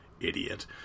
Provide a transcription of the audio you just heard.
Idiot